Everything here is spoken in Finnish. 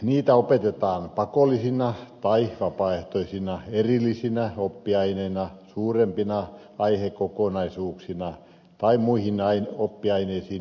niitä opetetaan pakollisina tai vapaaehtoisina erillisinä oppiaineina suurempina aihekokonaisuuksina tai muihin oppiaineisiin integroituina